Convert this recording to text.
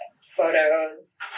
photos